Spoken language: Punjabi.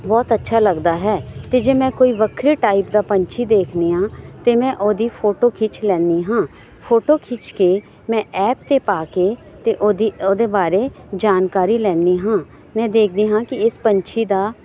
ਬਹੁਤ ਅੱਛਾ ਲੱਗਦਾ ਹੈ ਅਤੇ ਜੇ ਮੈਂ ਕੋਈ ਵੱਖਰੇ ਟਾਈਪ ਦਾ ਪੰਛੀ ਦੇਖਦੀ ਹਾਂ ਅਤੇ ਮੈਂ ਉਹਦੀ ਫੋਟੋ ਖਿੱਚ ਲੈਂਦੀ ਹਾਂ ਫੋਟੋ ਖਿੱਚ ਲੈਂਦੀ ਹਾਂ ਫੋਟੋ ਖਿੱਚ ਕੇ ਮੈਂ ਐਪ 'ਤੇ ਪਾ ਕੇ ਅਤੇ ਉਹਦੀ ਉਹਦੇ ਬਾਰੇ ਜਾਣਕਾਰੀ ਲੈਂਦੀ ਹਾਂ ਮੈਂ ਦੇਖਦੀ ਹਾਂ ਕਿ ਇਸ ਪੰਛੀ ਦਾ